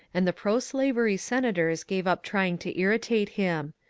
and the proslavery senators gave up trying to irri tate him.